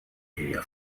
area